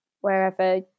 wherever